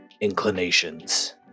inclinations